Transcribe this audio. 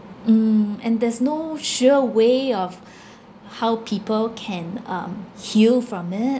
mm and there's no sure way of how people can um heal from it